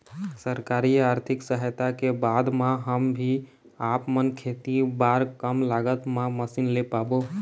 सरकारी आरथिक सहायता के बाद मा हम भी आपमन खेती बार कम लागत मा मशीन ले पाबो?